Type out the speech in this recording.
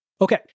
Okay